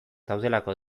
daudelako